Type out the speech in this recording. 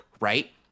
right